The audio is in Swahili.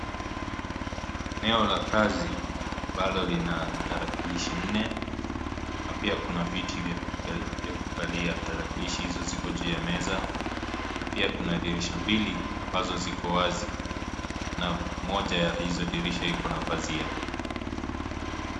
Eneo la kazi ambalo lina tarakilishi nne na pia kuna viti vya kukalia, tarakilishi izo ziko juu ya meza na pia kuna dirisha mbili amabzo ziko wazi ,na moja ya izo dirisha iko na pazia.